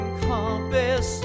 compass